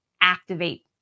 activate